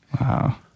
Wow